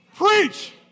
Preach